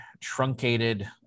truncated